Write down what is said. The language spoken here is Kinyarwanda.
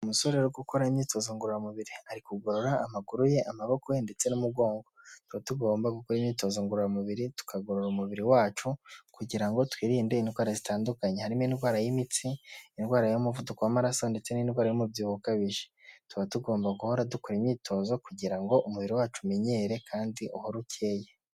Umusore uri gukora imyitozo ngororamubiri ari kugorora amaguru ye amaboko ye ndetse n'umugongo tuba tugomba gukora imyitozo ngororamubiri tukagorora umubiri wacu kugira ngo twirinde indwara zitandukanye harimo indwara y'imitsi indwara y'umuvuduko w'amaraso ndetse n'indwara y'umubyibuho ukabije tuba tugomba guhora dukora imyitozo kugira ngo umubiri wacu umenyere kandi uhorare ukeye.